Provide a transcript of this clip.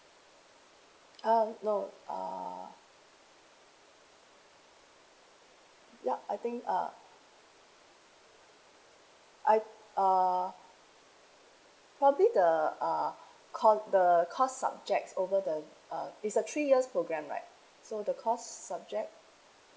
uh no err ya I think uh I uh probably the uh co~ the course subjects over the uh it's a three years programme right so the course subject